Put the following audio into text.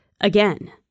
Again